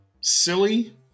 silly